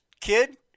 kid